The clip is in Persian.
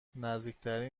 نزدیکترین